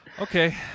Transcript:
Okay